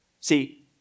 See